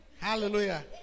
Hallelujah